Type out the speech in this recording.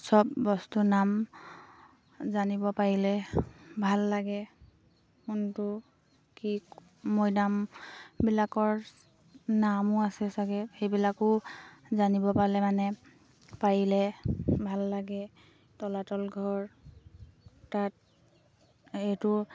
চব বস্তুৰ নাম জানিব পাৰিলে ভাল লাগে কোনটো কি মৈদামবিলাকৰ নামো আছে চাগে সেইবিলাকো জানিব পালে মানে পাৰিলে ভাল লাগে তলাতল ঘৰ তাত এইটো